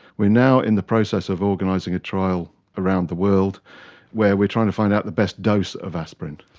we're now in the process of organising a trial around the world where we're trying to find out the best dose of aspirin.